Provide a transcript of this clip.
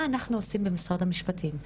מה אנחנו עושים במשרד המשפטים?